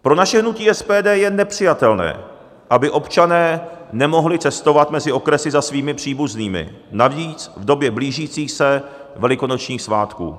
Pro naše hnutí SPD je nepřijatelné, aby občané nemohli cestovat mezi okresy za svými příbuznými, navíc v době blížících se velikonočních svátků.